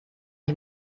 ich